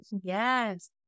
Yes